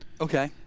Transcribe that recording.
okay